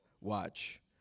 Watch